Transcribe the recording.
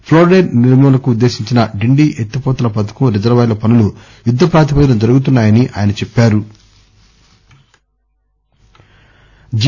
fluoride నిర్మూలనకు ఉద్దేశించిన డిండి ఎత్తిపోతల పథకం రిజర్వాయర్ల పనులు యుద్ద ప్రాతిపదికన జరుగుతున్నా యన్నా రు